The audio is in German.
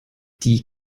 die